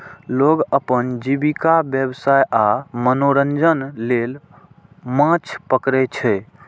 लोग अपन जीविका, व्यवसाय आ मनोरंजन लेल माछ पकड़ै छै